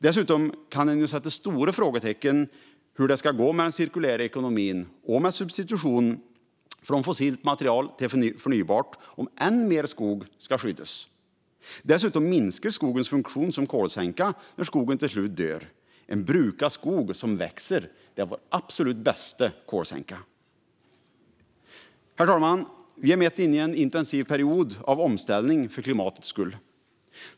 Dessutom kan vi sätta stora frågetecken för hur det ska gå med den cirkulära ekonomin och substitutionen från fossilt material mot förnybart om ännu mer skog ska skyddas. Skogens funktion som kolsänka minskar dessutom när skogen till slut dör. En brukad skog som växer är vår absolut bästa kolsänka. Herr talman! Vi är mitt inne i en intensiv period av omställning för klimatets skull.